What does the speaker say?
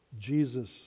Jesus